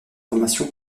formation